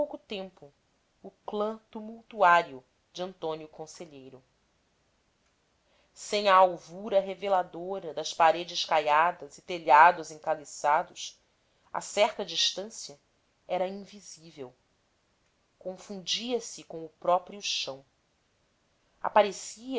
pouco tempo o clã tumultuário de antônio conselheiro sem a alvura reveladora das paredes caiadas e telhados encaliçados a certa distância era invisível confundia-se com o próprio chão aparecia